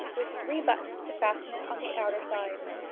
with three buttons to fasten it on the outer sides.